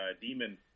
Demon